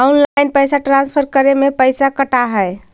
Online पैसा transfer करे में पैसा कटा है?